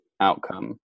outcome